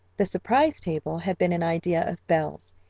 the surprise table had been an idea of belle's,